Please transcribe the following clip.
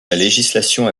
législation